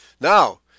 Now